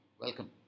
welcome